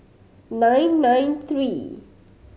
nine nine three